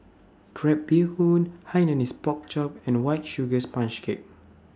Crab Bee Hoon Hainanese Pork Chop and White Sugar Sponge Cake